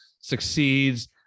succeeds